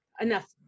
enough